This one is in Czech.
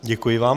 Děkuji vám.